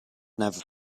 never